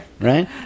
Right